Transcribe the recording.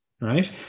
Right